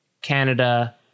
Canada